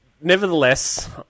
nevertheless